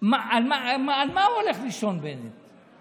על מה הוא הולך לישון, בנט?